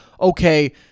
okay